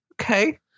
Okay